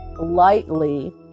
lightly